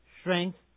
strength